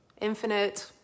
infinite